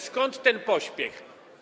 Skąd ten pośpiech?